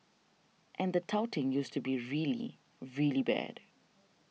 and the touting used to be really really bad